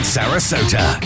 Sarasota